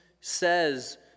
says